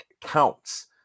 counts